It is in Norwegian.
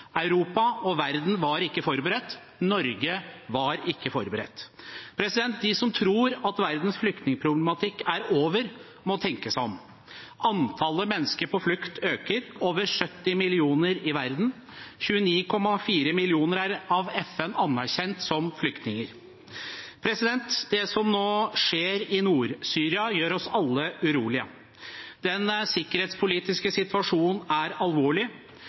Europa og verden var ikke forberedt. Norge var ikke forberedt. De som tror at verdens flyktningproblematikk er over, må tenke seg om. Antallet mennesker på flukt øker – det er over 70 millioner i verden, og 29,4 millioner er av FN anerkjent som flyktninger. Det som nå skjer i Nord-Syria, gjør oss alle urolige. Den sikkerhetspolitiske situasjonen er alvorlig.